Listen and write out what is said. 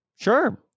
Sure